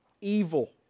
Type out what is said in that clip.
evil